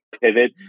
pivot